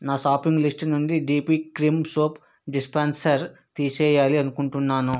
నా shopping list నుండి DP cream soap dispenser తీసేయాలి అనుకుంటున్నాను